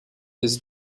his